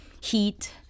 heat